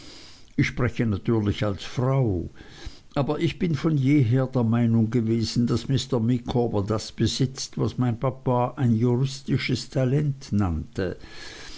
ich spreche natürlich als frau aber ich bin von jeher der meinung gewesen daß mr micawber das besitzt was mein papa ein juristisches talent nannte